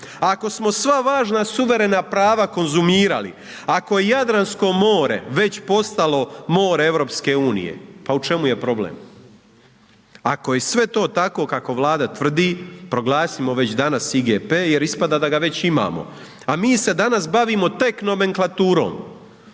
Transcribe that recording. ako smo sva važna suverena prava konzumirali, ako je Jadransko more već postalo more EU, pa u čemu je problem? Ako je sve to tako kako Vlada tvrdi proglasimo već danas IGP jer ispada da ga već imamo, a mi se danas bavimo tek nomenklaturom,